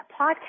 podcast